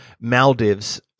Maldives